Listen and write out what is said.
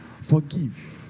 Forgive